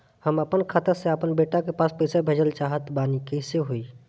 हम आपन खाता से आपन बेटा के पास पईसा भेजल चाह तानि कइसे होई?